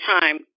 time